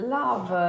love